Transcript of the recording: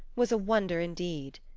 was a wonder indeed.